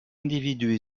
individus